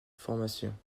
formations